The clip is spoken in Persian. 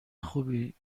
خوبی